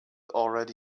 already